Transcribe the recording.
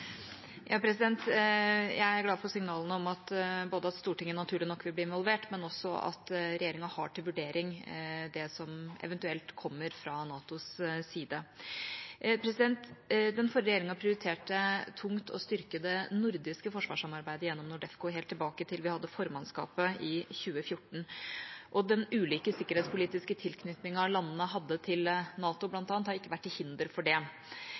Jeg er glad for signalene, både om at Stortinget naturlig nok vil bli involvert, og om at regjeringa har til vurdering det som eventuelt kommer fra NATOs side. Den forrige regjeringa prioriterte tungt å styrke det nordiske forsvarssamarbeidet gjennom NORDEFCO, helt tilbake til da vi hadde formannskapet i 2014. Den ulike sikkerhetspolitiske tilknytningen landene hadde til bl.a. NATO, har ikke vært til hinder for det.